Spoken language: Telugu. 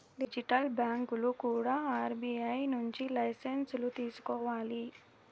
డిజిటల్ బ్యాంకులు కూడా ఆర్బీఐ నుంచి లైసెన్సులు తీసుకోవాలి